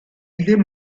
ddim